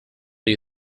you